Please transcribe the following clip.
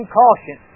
caution